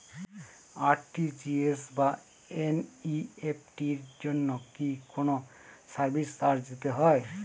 RTGS বা NEFT এর জন্য কি কোনো সার্ভিস চার্জ দিতে হয়?